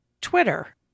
Twitter